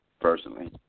personally